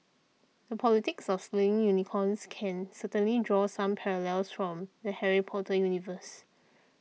the politics of slaying unicorns can certainly draw some parallels from the Harry Potter universe